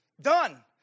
Done